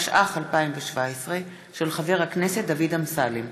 התשע"ח 2017, של חבר הכנסת דוד אמסלם,